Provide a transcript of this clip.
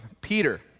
Peter